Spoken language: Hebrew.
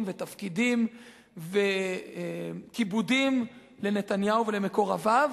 ותפקידים וכיבודים לנתניהו ולמקורביו.